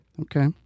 Okay